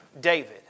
David